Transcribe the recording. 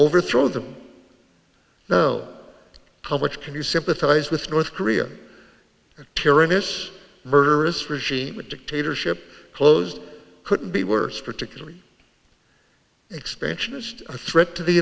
overthrow them though how much can you sympathize with north korea tearing this murderous regime a dictatorship closed couldn't be worse particularly expansionist a threat to the